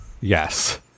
Yes